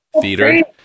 theater